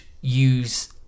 use